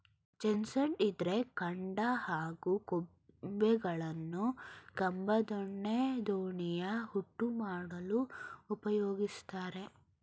chestnut ಇದ್ರ ಕಾಂಡ ಹಾಗೂ ಕೊಂಬೆಗಳನ್ನು ಕಂಬ ದೊಣ್ಣೆ ದೋಣಿಯ ಹುಟ್ಟು ಮಾಡಲು ಉಪಯೋಗಿಸ್ತಾರೆ